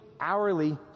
hourly